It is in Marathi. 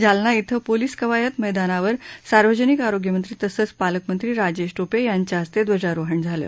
जालना क्वें पोलिस कवायत मैदानावर सार्वजनिक आरोग्यमंत्री तसंच पालकमंत्री राजेश टोपे यांच्या हस्ते ध्वजारोहण झालं